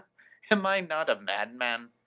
am i not a madman?